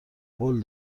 قول